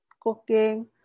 cooking